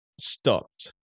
stopped